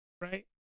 right